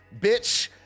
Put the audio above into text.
Bitch